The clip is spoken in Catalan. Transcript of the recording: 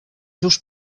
seus